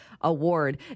Award